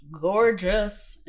gorgeous